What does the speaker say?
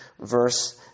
verse